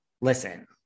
listen